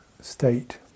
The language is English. state